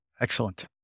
excellent